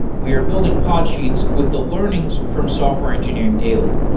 we are building podsheets with the learnings from software engineering daily,